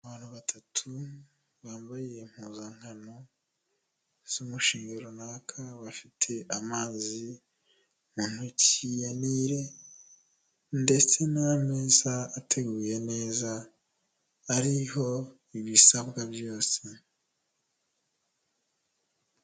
Abantu batatu bambaye impuzankano z'umushinga runaka bafite amazi mu ntoki ya Nile ndetse n'ameza ateguye neza ariho ibisabwa byose.